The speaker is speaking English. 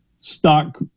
stock